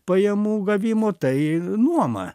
pajamų gavimo tai nuoma